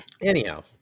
Anyhow